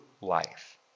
life